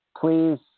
please